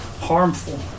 harmful